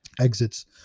exits